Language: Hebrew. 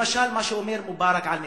למשל, מה שאומר מובארק על נתניהו,